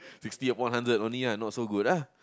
sixty upon hundred only ah not so good ah